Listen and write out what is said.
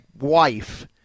wife